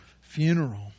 funeral